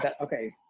okay